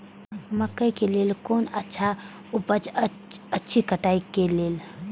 मकैय के लेल कोन अच्छा उपाय अछि कटाई के लेल?